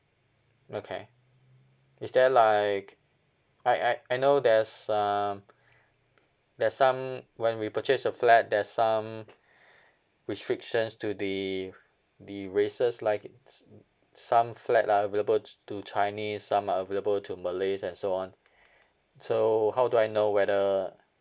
okay is there like I I I know there's um there's some when we purchase a flat there's some restrictions to the the races like it's uh some flat are available to ch~ chinese some available to malays and so on so how do I know whether